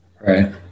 Right